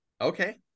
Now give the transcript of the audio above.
Okay